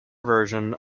version